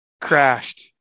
crashed